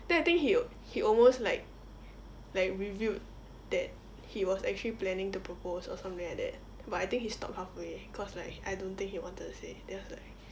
then I think he al~ he almost like like revealed that he was actually planning to propose or something like that but I think he stopped halfway cause like I don't think he wanted to say then I was like